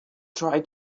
try